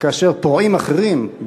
כאשר פורעים אחרים,